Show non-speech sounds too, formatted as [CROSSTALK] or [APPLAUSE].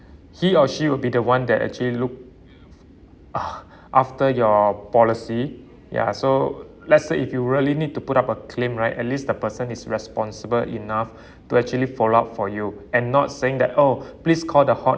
he or she will be the one that actually look uh after your policy ya so let's say if you really need to put up a claim right at least the person is responsible enough [BREATH] to actually follow up for you and not saying that oh [BREATH] please call the hotline